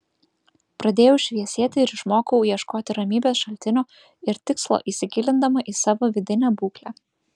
pradėjau šviesėti ir išmokau ieškoti ramybės šaltinio ir tikslo įsigilindama į savo vidinę būklę